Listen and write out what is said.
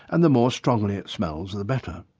and the more strongly it smells and the better.